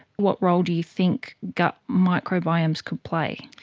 what role do you think gut microbiomes could play?